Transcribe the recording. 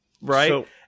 right